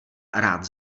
rád